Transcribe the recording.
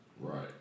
right